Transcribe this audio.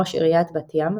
ראש עיריית בת ים,